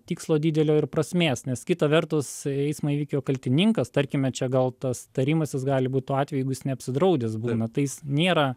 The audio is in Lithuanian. tikslo didelio ir prasmės nes kita vertus eismo įvykio kaltininkas tarkime čia gal tas tarimasis gali būt tuo atveju jeigu jis neapsidraudęs būna tai jis nėra